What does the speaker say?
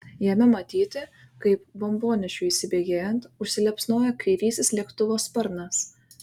jame matyti kaip bombonešiui įsibėgėjant užsiliepsnoja kairysis lėktuvo sparnas